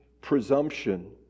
presumption